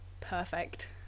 perfect